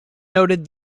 noted